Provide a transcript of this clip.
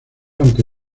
aunque